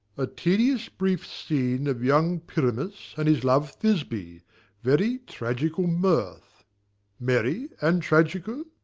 a tedious brief scene of young pyramus and his love thisby very tragical mirth merry and tragical!